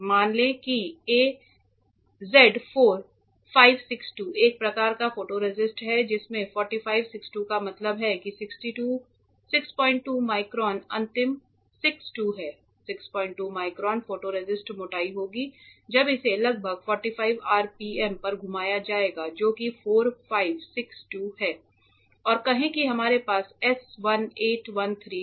मान लें कि AZ4562 एक प्रकार का फोटोरेसिस्ट है जिसमें 4562 का मतलब है कि 62 माइक्रोन अंतिम 6 2 है 62 माइक्रोन फोटोरेसिस्ट मोटाई होगी जब इसे लगभग 4500 RPM पर घुमाया जाएगा जो कि 4 5 6 2 है और कहें कि हमारे पास S1813 है